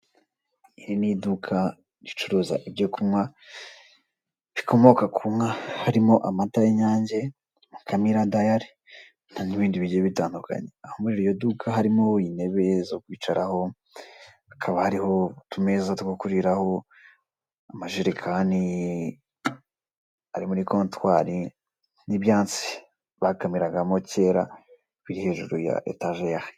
Iri ni iduka ricuruza ibyo kunywa bikomoka ku nka harimo amata y'inyange mukamira dayari, harimo nibindi bigiye bitandukanye Aho muriryo duka harimo intebe zo kwicaraho ,utumeza two kuriraho ,amajerekani Ari muri kotwari nibyatsi bapimiragamo cyera biri hejuru ya etajeri.